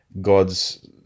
God's